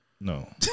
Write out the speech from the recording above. No